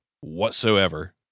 whatsoever